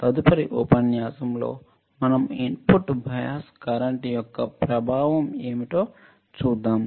తదుపరి ఉపన్యాసం లో మనం ఇన్పుట్ బయాస్ కరెంట్ యొక్క ప్రభావం ఏమిటో చూద్దాం